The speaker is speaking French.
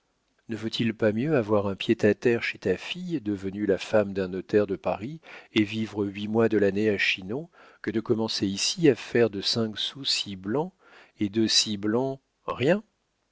ne vaut-il pas mieux avoir un pied à terre chez ta fille devenue la femme d'un notaire de paris et vivre huit mois de l'année à chinon que de commencer ici à faire de cinq sous six blancs et de six blancs rien